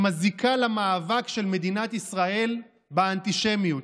שמזיקה למאבק של מדינת ישראל באנטישמיות.